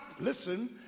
listen